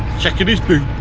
checking his book.